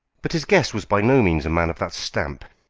but his guest was by no means a man of that stamp.